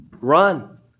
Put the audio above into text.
run